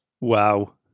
Wow